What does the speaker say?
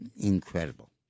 Incredible